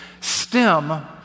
stem